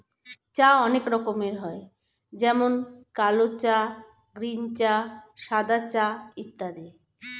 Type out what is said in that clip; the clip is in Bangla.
চা অনেক রকমের হয় যেমন কালো চা, গ্রীন চা, সাদা চা ইত্যাদি